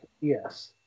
Yes